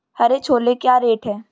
हरे छोले क्या रेट हैं?